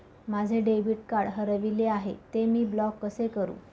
माझे debit card हरविले आहे, ते मी ब्लॉक कसे करु?